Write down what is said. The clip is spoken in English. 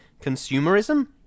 Consumerism